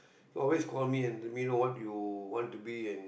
always call me and let me know what you want to be and